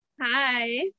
Hi